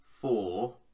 four